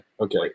okay